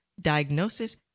diagnosis